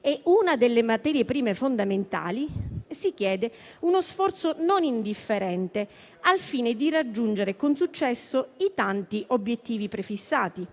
e una delle materie prime fondamentali, si chiede uno sforzo non indifferente al fine di raggiungere con successo i tanti obiettivi prefissati.